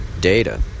data